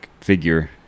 figure